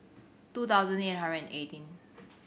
two thousand eight hundred eighteen